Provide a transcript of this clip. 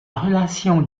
relation